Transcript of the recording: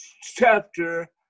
chapter